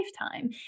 lifetime